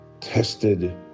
tested